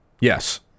Yes